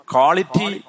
Quality